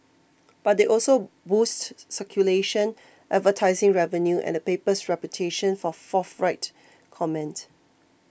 but they also boosted circulation advertising revenue and the paper's reputation for forthright comment